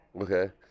Okay